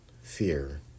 fear